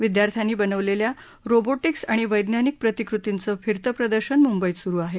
विद्यार्थ्यांनी बनवलेल्या रोबोटिक्स आणि वैज्ञानिक प्रतिकृतींचं फिरतं प्रदर्शन मुंबईत स्रु आहे